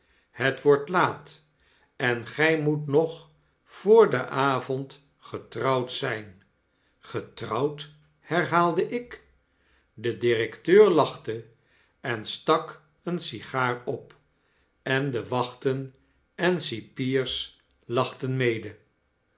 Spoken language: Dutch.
het wordt laat en gy moet nog voor den avond getrouwd zyn getrouwdf herhaalde ik de directeur lachte en stak eene sigaar op en de wachten en cipiers lachten mede